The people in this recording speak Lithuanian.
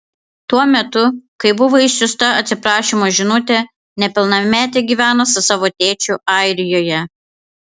tuo metu kai buvo išsiųsta atsiprašymo žinutė nepilnametė gyveno su savo tėčiu airijoje